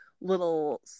little